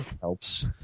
Helps